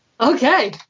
Okay